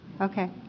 Okay